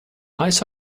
ice